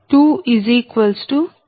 uI37